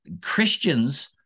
Christians